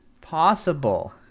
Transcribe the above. possible